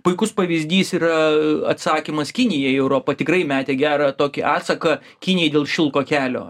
puikus pavyzdys yra atsakymas kinijai europa tikrai metė gerą tokį atsaką kinijai dėl šilko kelio